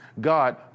God